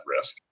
risk